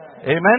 Amen